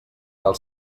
cal